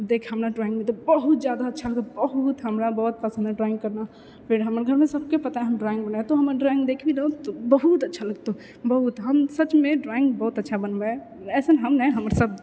देख हमरा ड्रॉइङ्गमे तऽ बहुत जादा अच्छा बहुत हमरा बहुत पसन्द अछि ड्रॉइङ्ग करना फेर हमर घरमे सबके पताहै हम ड्रॉइङ्ग बनाएब तऽ हमर ड्रॉइङ्ग देखबीही तऽ बहुत अच्छा लगतौ बहुत हम सचमे ड्रॉइङ्ग बहुत अच्छा बनबै अइसन हम नहि हमर